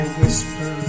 whisper